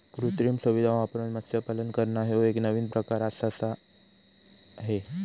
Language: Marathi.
कृत्रिम सुविधां वापरून मत्स्यपालन करना ह्यो एक नवीन प्रकार आआसा हे